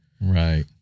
Right